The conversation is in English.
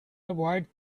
avoid